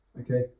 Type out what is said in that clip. Okay